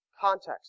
Context